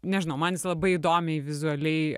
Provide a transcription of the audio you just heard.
nežinau man jis labai įdomiai vizualiai